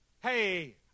Hey